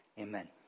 amen